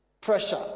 Pressure